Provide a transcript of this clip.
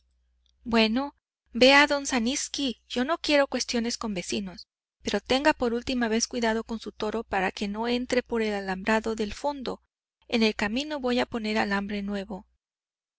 bueno vea don zaninski yo no quiero cuestiones con vecinos pero tenga por última vez cuidado con su toro para que no entre por el alambrado del fondo en el camino voy a poner alambre nuevo